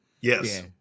Yes